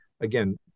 again